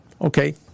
Okay